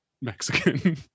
mexican